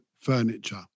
furniture